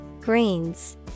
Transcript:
Greens